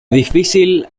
difícil